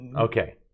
Okay